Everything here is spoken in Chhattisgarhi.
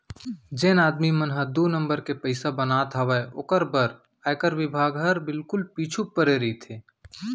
जेन आदमी मन ह दू नंबर के पइसा बनात हावय ओकर बर आयकर बिभाग हर बिल्कुल पीछू परे रइथे